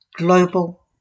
global